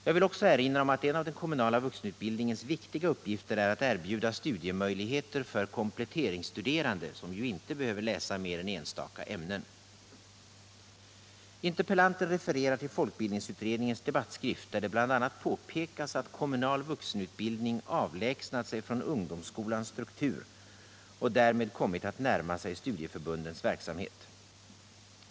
Jag vill också erinra om att en av den kommunala vuxenutbildningens viktiga uppgifter är att erbjuda studiemöjligheter för kompletteringsstuderande, som ju inte behöver läsa mer än enstaka ämnen. Interpellanten refererar till folkbildningsutredningens debattskrift, där det bl.a. påpekas att kommunal vuxenutbildning avlägsnat sig från ungdomsskolans struktur och därmed kommit att närma sig studieförbundens verksamhet.